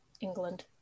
England